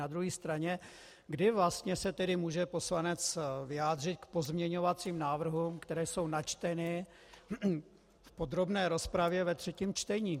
Na druhé straně, kdy vlastně se tedy může poslanec vyjádřit k pozměňovacím návrhům, které jsou načteny v podrobné rozpravě ve třetím čtení?